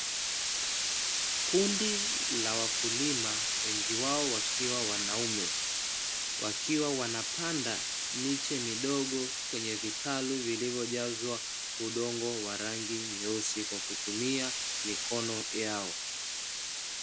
Kundi la wakulima wengi wao wakiwa wanaum e